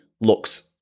looks